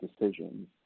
decisions